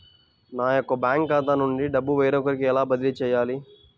నా యొక్క బ్యాంకు ఖాతా నుండి డబ్బు వేరొకరికి ఎలా బదిలీ చేయాలి?